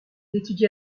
étudia